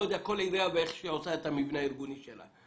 כל עירייה איך שהיא עושה את המבנה הארגוני שלה.